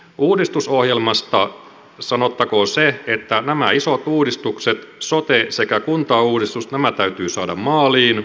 uudistusohjelmasta sanottakoon se että nämä isot uudistukset sote sekä kuntauudistus täytyy saada maaliin